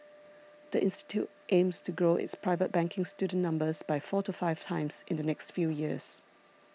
the institute aims to grow its private banking student numbers by four to five times in the next few years